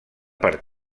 per